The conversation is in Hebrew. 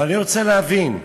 אבל אני רוצה להבין,